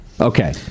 Okay